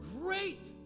great